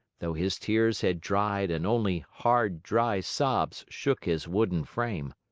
though his tears had dried and only hard, dry sobs shook his wooden frame.